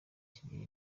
kigira